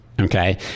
Okay